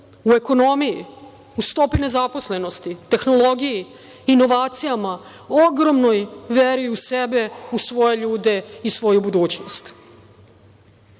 u ekonomiji, u stopi nezaposlenosti, tehnologiji, inovacijama, ogromnoj veri u sebe, u svoje ljude i svoju budućnost. Ukoliko